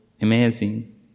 amazing